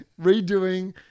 redoing